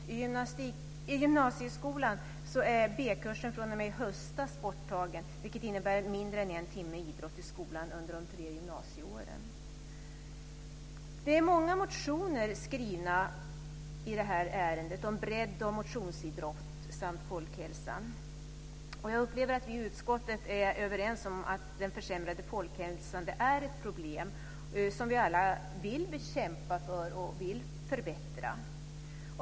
I gymnasieskolan är b-kursen fr.o.m. i höstas borttagen, vilket innebär att det är mindre än en timme idrott i veckan i skolan under de tre gymnasieåren. Det är många motioner skrivna om bredd och motionsidrott samt folkhälsan. Jag upplever att vi i utskottet är överens om att den försämrade folkhälsan är ett problem och att vi alla vill kämpa för att förbättra den.